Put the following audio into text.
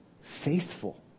faithful